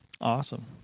Awesome